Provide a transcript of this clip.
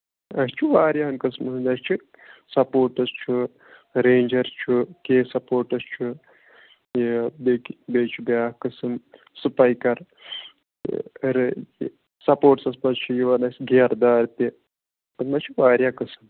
اَسہِ چھُ واریاہن قٕسمَن ہُند اَسہِ چھُ سَپوٹٕس چھُ رینٛجر چھُ کے سَپوٹٕس چھُ یہِ بیٚیہِ چھُ بیاکھ قٔسٕم سٔپایکَر سَپوٹٕسَس منٛز چھُ یِوان اَسہِ گیرٕ دار تہِ اَتھ منٛز چھِ واریاہ قسٕم